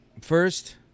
first